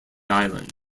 island